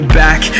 back